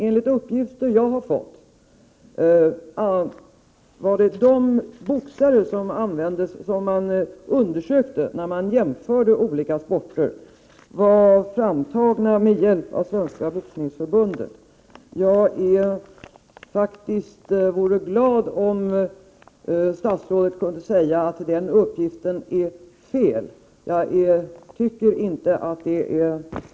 Enligt uppgifter som jag har fått var de boxare som undersöktes när man jämförde olika sporter framtagna med hjälp av Svenska boxningsförbundet. Jag vore glad om statsrådet kunde säga att den uppgiften är felaktig.